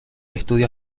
estudio